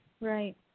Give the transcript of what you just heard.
Right